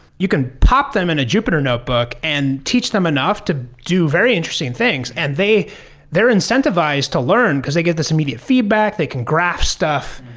you can pop them in a jupiter notebook and teach them enough to do very interesting things. and they're incentivized to learn, because they get this immediate feedback. they can graph stuff.